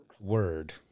Word